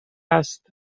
است